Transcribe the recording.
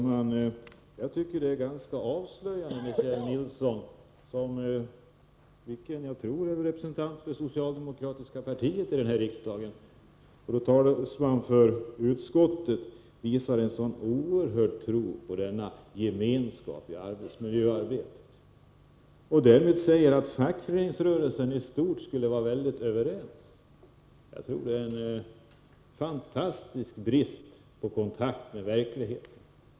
Herr talman! Det är ganska avslöjande att Kjell Nilsson, som är representant för det socialdemokratiska partiet i denna riksdag och som för utskottets talan, visar en sådan oerhörd tro på gemenskapen i arbetsmiljöarbetet. Han säger att fackföreningsrörelsen i stort skulle vara väldigt överens. Det röjer en fantastisk brist på kontakt med verkligheten.